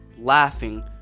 laughing